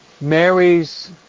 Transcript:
Mary's